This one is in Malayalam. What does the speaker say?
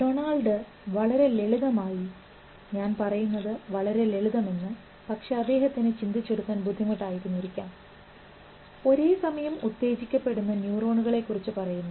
ഡൊണാൾഡ് വളരെ ലളിതമായി ഞാൻ പറയുന്നത് വളരെ ലളിതമെന്ന് പക്ഷേ അദ്ദേഹത്തിന് ചിന്തിച്ച് എടുക്കാൻ ബുദ്ധിമുട്ട് ആയിരുന്നിരിക്കാം ഒരേസമയം ഉത്തേജിക്കപ്പെടുന്ന ന്യൂറോണുകളെക്കുറിച്ച് പറയുന്നു